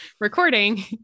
recording